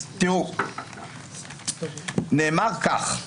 נאמר כך.